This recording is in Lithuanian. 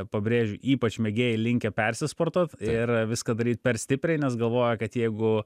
pabrėžiu ypač mėgėjai linkę persisportuot ir viską daryt per stipriai nes galvoja kad jeigu